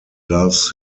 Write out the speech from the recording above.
loves